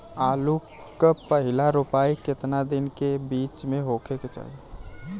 आलू क पहिला रोपाई केतना दिन के बिच में होखे के चाही?